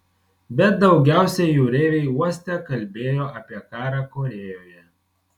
bet daugiausiai jūreiviai uoste kalbėjo apie karą korėjoje